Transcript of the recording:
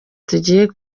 tugiye